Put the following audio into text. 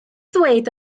ddweud